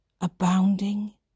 abounding